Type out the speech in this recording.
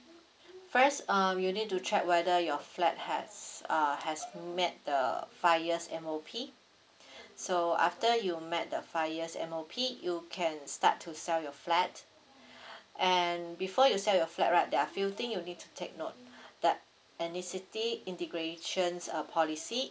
first um you need to check whether your flat has uh has met the five years M_O_P so after you met the five years M_O_P you can start to sell your flat and before you sell your flat right there are few thing you need to take note that any ethnicity integrations uh policy